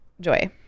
Joy